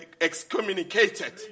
excommunicated